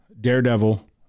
daredevil